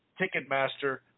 Ticketmaster